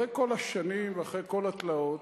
אחרי כל השנים ואחרי כל התלאות,